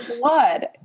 blood